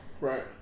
Right